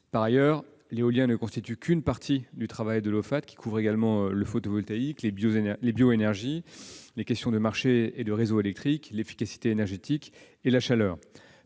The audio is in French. Par ailleurs, l'éolien ne constitue qu'une partie du travail de l'Ofate, qui couvre également le photovoltaïque, les bioénergies, les questions de marché et de réseaux électriques, l'efficacité énergétique et la chaleur.